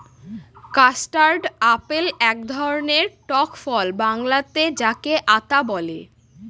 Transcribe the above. custard apple এক ধরনের টক ফল বাংলাতে যাকে আঁতা বলে